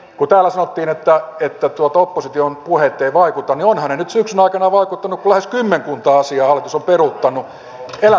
kun täällä sanottiin että opposition puheet eivät vaikuta niin ovathan ne nyt syksyn aikana vaikuttaneet kun lähes kymmenkunta asiaa hallitus on peruuttanut